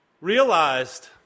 realized